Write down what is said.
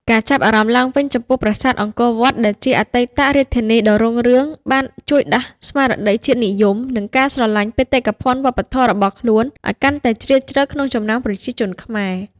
ការចាប់អារម្មណ៍ឡើងវិញចំពោះប្រាសាទអង្គរវត្ត ដែលជាអតីតរាជធានីដ៏រុងរឿង បានជួយដាស់ស្មារតីជាតិនិយម និងការស្រលាញ់បេតិកភណ្ឌវប្បធម៌របស់ខ្លួនឱ្យកាន់តែជ្រាលជ្រៅក្នុងចំណោមប្រជាជនខ្មែរ។